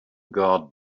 guard